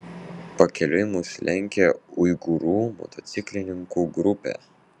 pakeliui mus lenkė uigūrų motociklininkų grupė